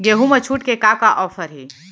गेहूँ मा छूट के का का ऑफ़र हे?